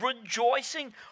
rejoicing